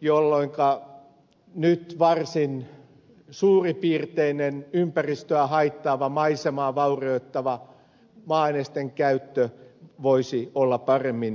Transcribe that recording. jolloin nyt varsin suurpiirteinen ympäristöä haittaava maisemaa vaurioittava maa ainesten käyttö voisi olla paremmin ohjattua